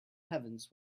heavens